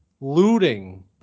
looting